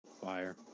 Fire